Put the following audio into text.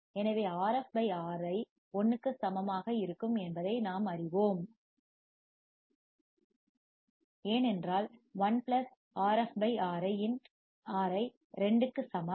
எனவே Rf Ri 1 க்கு சமமாக இருக்கும் என்பதை நாம் அறிவோம் ஏனென்றால் 1 பிளஸ் Rf by Ri 2 க்கு சமம்